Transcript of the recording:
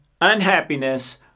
unhappiness